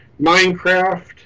Minecraft